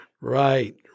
Right